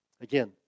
Again